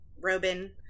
Robin